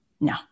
no